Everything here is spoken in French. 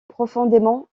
profondément